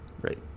Right